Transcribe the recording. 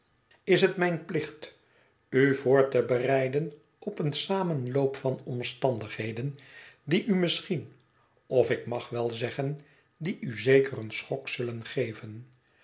is het mijn plicht u voor te bereiden op een samenloop van omstandigheden die u misschien of ik mag wel zeggen die u zeker een schok zullen geven